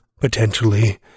potentially